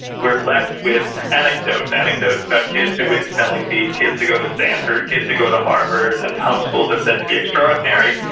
we're left with anecdotes anecdotes about kids who win spelling bees, kids who go to stanford, kids who go to harvard and home schools are said to be extraordinary.